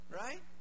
right